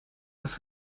was